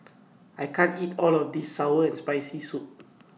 I can't eat All of This Sour and Spicy Soup